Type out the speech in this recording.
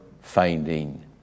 finding